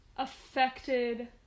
affected